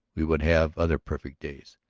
we would have other perfect days.